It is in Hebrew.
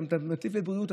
אתה מטיף לבריאות,